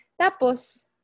Tapos